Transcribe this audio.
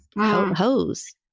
hose